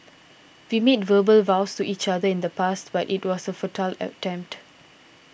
we made verbal vows to each other in the past but it was a futile attempt